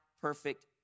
perfect